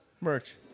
Merch